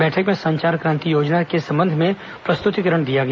बैठक में संचार क्रांति योजना के संबंध में प्रस्तुतिकरण दिया गया